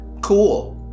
cool